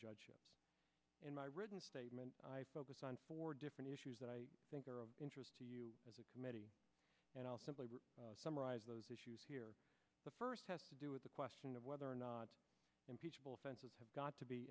judge in my written statement i focus on four different issues that i think are of interest to you as a committee and i'll simply summarize those issues here the first to do with the question of whether or not impeachable offenses have got to be